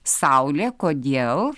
saulė kodėl